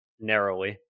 narrowly